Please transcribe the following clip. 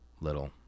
little